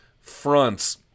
fronts